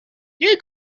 you